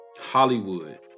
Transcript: Hollywood